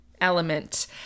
Element